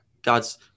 God's